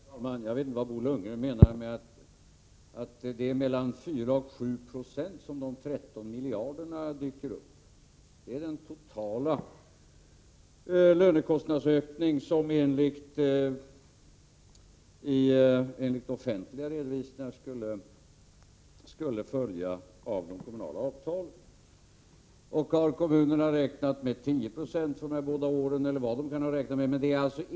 Herr talman! Jag vet inte vad Bo Lundgren menade med att det är mellan 4 och 7 26 som de 13 miljarderna dyker upp. Det är den totala lönekostnadsökning som enligt offentliga redovisningar skulle följa av de kommunala avtalen. Om kommunerna räknat med 10 96 för de här båda åren eller vad de kan ha räknat med spelar mindre roll.